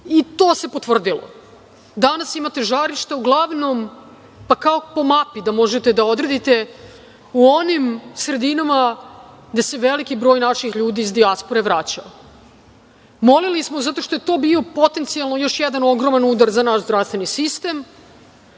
i to se potvrdilo. Danas imate žarišta uglavnom, pa kao po mapi da možete da odredite, u onim sredinama gde se veliki broj naših ljudi iz dijaspore vraćao. Molili smo zato što je to bio potencijalno još jedan ogroman udar za naš zdravstveni sistem,